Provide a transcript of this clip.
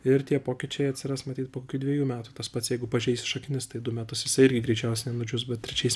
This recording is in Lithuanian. ir tie pokyčiai atsiras matyt po kokių dvejų metų tas pats jeigu pažeisi šaknis tai du metus jisai irgi greičiausiai nenudžius bet trečiais